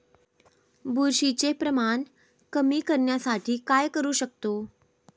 बुरशीचे प्रमाण कमी करण्यासाठी काय करू शकतो?